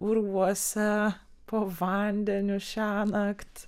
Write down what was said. urvuose po vandeniu šiąnakt